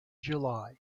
july